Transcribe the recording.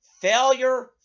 failure